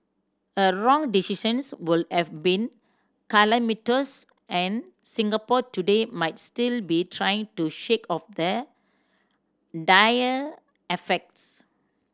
a wrong decisions would have been calamitous and Singapore today might still be trying to shake off the dire effects